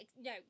no